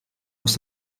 aus